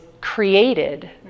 created